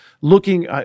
looking